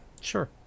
Sure